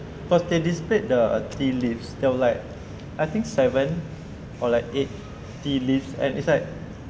because they displayed the tea leaves there were like I think seven or like eight tea leaves and it was like